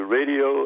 Radio